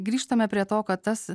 grįžtame prie to kad tas